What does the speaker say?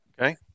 Okay